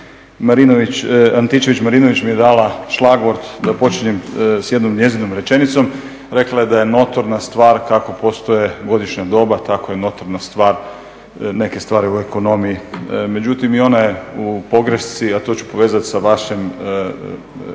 Antičević-Marinović mi je dala šlagvort da počinjem sa jednom njezinom rečenicom. Rekla je da je notorna stvar kako postoje godišnja doba, tako je notorna stvar neke stvari u ekonomiji. Međutim i ona je u pogrešci, a to ću povezati sa vašim pitanjima